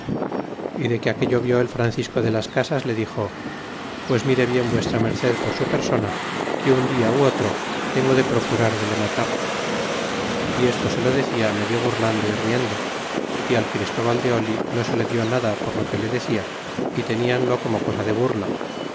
de que aquello vi el francisco de las casas le dixo pues mire bien v merced por su persona que un dia o otro tengo de procurar de le matar y esto se lo decia medio burlando y riendo y al christóval de or no se le dit nada por lo que le decia y tenianlo como cosa de burla